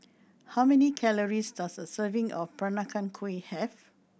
how many calories does a serving of Peranakan Kueh have